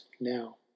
now